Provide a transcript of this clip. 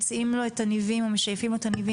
מוציאים לו את הניבים או משייפים לו את הניבים